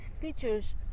features